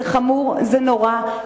זה חמור, זה נורא.